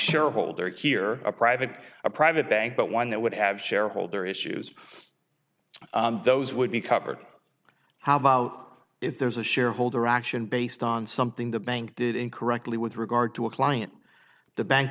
shareholder here a private a private bank but one that would have shareholder issues those would be covered how about if there's a shareholder action based on something the bank did in correctly with regard to a client the bank